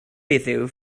heddiw